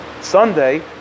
Sunday